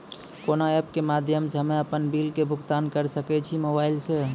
कोना ऐप्स के माध्यम से हम्मे अपन बिल के भुगतान करऽ सके छी मोबाइल से?